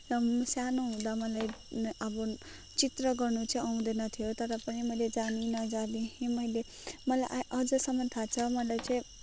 एकदम सानो हुँदा मलाई अब चित्र गर्नु चाहिँ आउँदैन थियो तर पनि मैले जानी नजानी मैले मलाई आ अझैसम्म थाहा छ मलाई चाहिँ